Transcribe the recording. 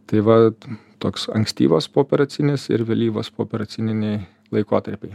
tai vat toks ankstyvas pooperacinis ir vėlyvas pooperaciniai laikotarpiai